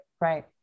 Right